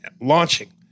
launching